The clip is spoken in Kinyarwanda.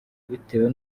bitewe